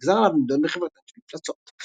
נגזר עליו לנדוד בחברתן של מפלצות.